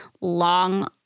long